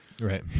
Right